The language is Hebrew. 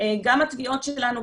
גם התביעות שלנו,